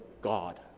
God